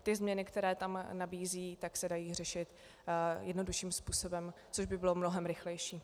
Ty změny, které se tam nabízí, se dají řešit jednodušším způsobem, což by bylo mnohem rychlejší.